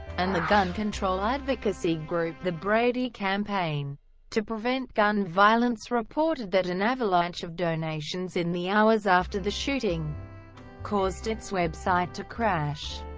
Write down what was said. and the gun control advocacy group the brady campaign to prevent gun violence reported that an avalanche of donations in the hours after the shooting caused its website to crash.